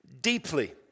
deeply